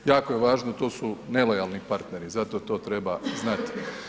Jako je važno to su nelojalni partneri zato to treba znati.